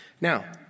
Now